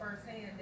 firsthand